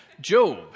Job